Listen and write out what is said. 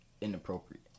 inappropriate